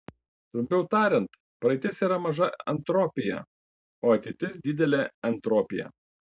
trumpiau tariant praeitis yra maža entropija o ateitis didelė entropija